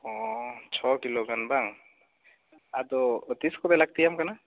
ᱚ ᱪᱷᱚ ᱠᱤᱞᱳ ᱜᱟᱱ ᱵᱟᱝ ᱟᱫᱚ ᱛᱤᱥ ᱠᱚᱛᱮ ᱞᱟᱹᱠᱛᱤ ᱭᱟᱢ ᱠᱟᱱᱟ